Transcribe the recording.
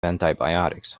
antibiotics